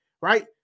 Right